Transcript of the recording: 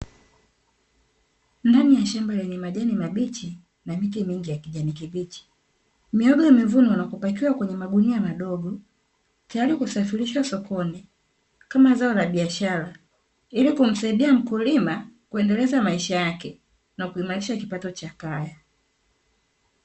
Ndani ya shamba lenye majani mabichi na miti mingi ya kijani kibichi, mihogo imevunwa na kupakiwa kwenye magunia madogo tayari kusafirishwa sokoni kama zao la biashara ili kumsaidia mkulima kuendeleza maisha yake na kuimarisha kipato cha kaya.